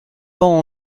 pans